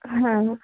হ্যাঁ